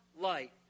light